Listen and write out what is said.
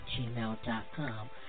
gmail.com